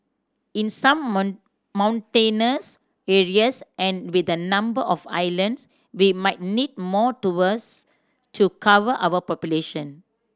in some mountainous areas and with the number of islands we might need more towers to cover our population